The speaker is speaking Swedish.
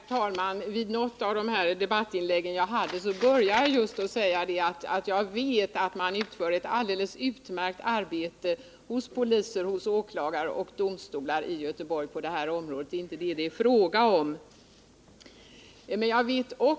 Herr talman! Jag började ett av mina debattinlägg just med att säga att jag vet att ett alldeles utmärkt arbete utförs hos polis, åklagare och domstolar i Göteborg på det här området, så det är inte den saken som det nu är fråga om.